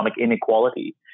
inequality